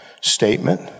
statement